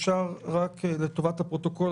רק לטובת הפרוטוקול,